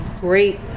great